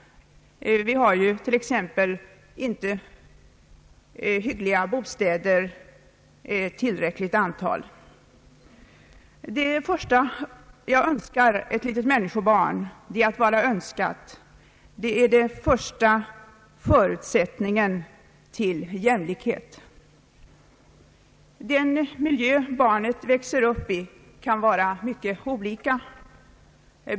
Vi har t.ex. inte hyggliga bostäder i tillräckligt antal. Det första jag önskar ett litet människobarn är just att vara önskat, vilket är den första förutsättningen för jämlikhet. Den miljö barnen växer upp i kan vara mycket olika.